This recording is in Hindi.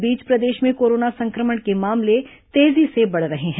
इस बीच प्रदेश में कोरोना संक्रमण के मामले तेजी से बढ़ रहे हैं